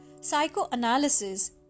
Psychoanalysis